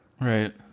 Right